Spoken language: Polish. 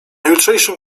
jutrzejszym